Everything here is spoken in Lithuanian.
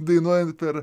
dainuojant per